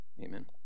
Amen